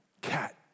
cat